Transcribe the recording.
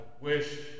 wish